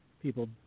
People